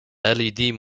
led